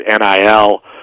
NIL